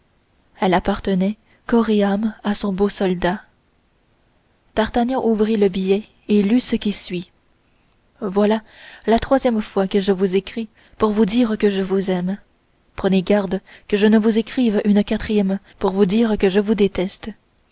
elle appartenait corps et âme à son beau soldat d'artagnan ouvrit le billet et lut ce qui suit voilà la troisième fois que je vous écris pour vous dire que je vous aime prenez garde que je ne vous écrive une quatrième pour vous dire que je vous déteste